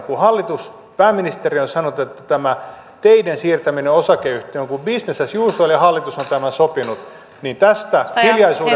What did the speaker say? kun pääministeri on sanonut että tämä teiden siirtäminen osakeyhtiöön on kuin business as usual ja hallitus on tämän sopinut niin tästä voi kuulla hiljaisuuden perussuomalaisten riveiltä